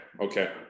okay